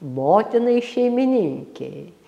motinai šeimininkei